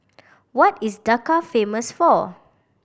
what is Dhaka famous for